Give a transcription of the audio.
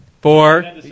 four